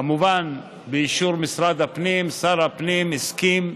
כמובן באישור משרד הפנים, שר הפנים הסכים.